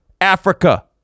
Africa